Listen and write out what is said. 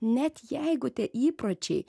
net jeigu tie įpročiai